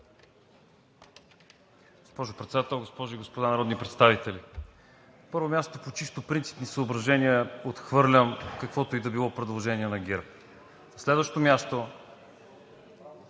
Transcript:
Госпожо Председател, госпожи и господа народни представители! На първо място, по чисто принципни съображения отхвърлям каквото и да било предложение на ГЕРБ. На следващо място,